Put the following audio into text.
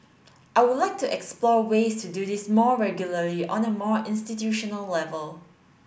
I would like to explore ways to do this more regularly on a more institutional level